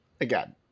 again